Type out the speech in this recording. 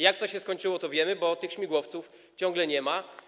Jak to się skończyło, to wiemy, bo tych śmigłowców ciągle nie ma.